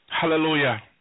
Hallelujah